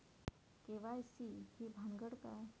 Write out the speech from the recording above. KYC ही भानगड काय?